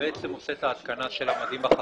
בעצם עושה את ההתקנה של המדים החכמים,